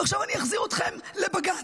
ועכשיו אחזיר אתכם לבג"ץ.